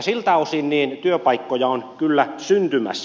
siltä osin työpaikkoja on kyllä syntymässä